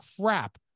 crap